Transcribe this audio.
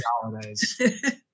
Holidays